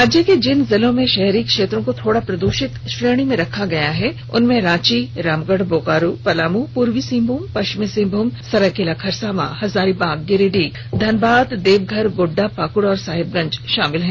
राज्य के जिन जिलों के शहरी क्षेत्रों को थोड़ा प्रदृषित श्रेणी में रखा गया है उनमें रांची रामगढ़ बोकारो पलामू पूर्वी सिंहभूम पश्चिमी सिंहभूम सरायकेला खरसावां हजारीबाग गिरिडीह धनबाद देवघर गोड्डा पाकुड़ और साहेबगंज शामिल है